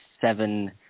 seven